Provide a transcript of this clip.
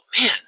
man